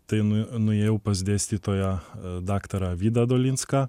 tai nu nuėjau pas dėstytoją daktarą vydą dolinską